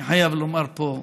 אני חייב לומר פה: